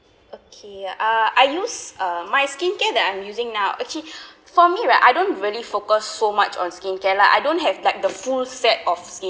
okay uh I use uh my skincare that I'm using now actually for me right I don't really focus so much on skincare lah I don't have like the full set of ski~